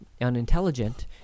unintelligent